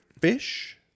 fish